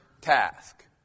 task